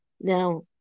Now